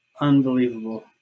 Unbelievable